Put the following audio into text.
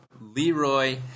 Leroy